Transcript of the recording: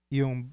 yung